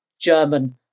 German